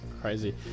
Crazy